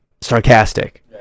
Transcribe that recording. sarcastic